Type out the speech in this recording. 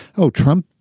oh, trump!